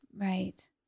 Right